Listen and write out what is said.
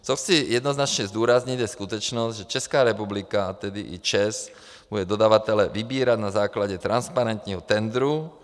Co chci jednoznačně zdůraznit, je skutečnost, že Česká republika, a tedy i ČEZ, bude dodavatele vybírat na základě transparentního tendru.